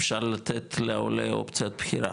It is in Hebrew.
אפשר לתת לעולה אופציית בחירה,